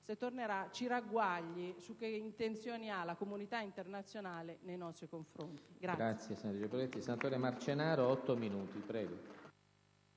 (se tornerà), ci ragguagli sulle intenzioni della comunità internazionale nei nostri confronti*.